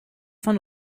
von